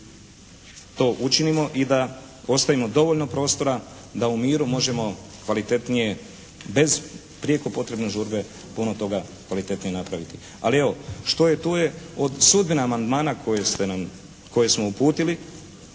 to učinimo i da ostavimo dovoljno prostora da u miru možemo kvalitetnije bez prije potrebne žurbe puno toga kvalitetnije napraviti. Ali evo, što je tu je. O sudbini amandmana koje smo uputili